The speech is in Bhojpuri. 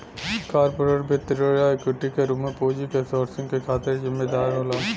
कॉरपोरेट वित्त ऋण या इक्विटी के रूप में पूंजी क सोर्सिंग के खातिर जिम्मेदार होला